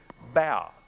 bow